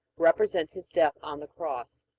represents his death on the cross.